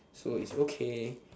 so it is okay